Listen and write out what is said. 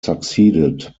succeeded